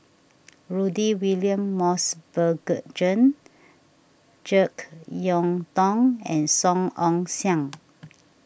Rudy William Mosbergen Jane Jek Yeun Thong and Song Ong Siang